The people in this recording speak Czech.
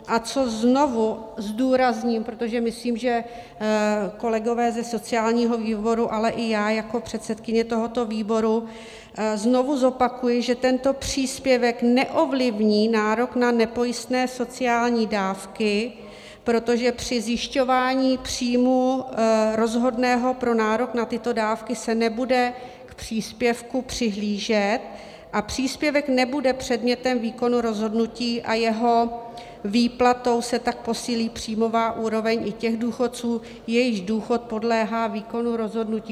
A co znovu zdůrazním, protože myslím, že kolegové ze sociálního výboru, ale i já jako předsedkyně tohoto výboru znovu zopakuji, že tento příspěvek neovlivní nárok na nepojistné sociální dávky, protože při zjišťování příjmu rozhodného pro nárok na tyto dávky se nebude k příspěvku přihlížet a příspěvek nebude předmětem výkonu rozhodnutí, a jeho výplatou se tak posílí příjmová úroveň i těch důchodců, jejichž důchod podléhá výkonu rozhodnutí.